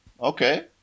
Okay